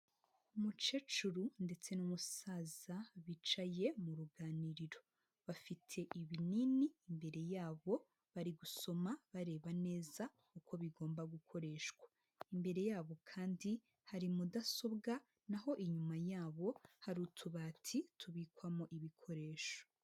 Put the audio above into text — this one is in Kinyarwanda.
Umukecuru ndetse n'umusaza bicaye mu ruganiriro, bafite ibinini imbere yabo, bari gusoma, bareba neza uko bigomba gukoreshwa, imbere yabo kandi hari mudasobwa, naho inyuma yabo hari utubati tubikwamo ibikoresho.